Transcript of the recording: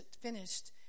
finished